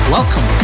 Welcome